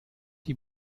die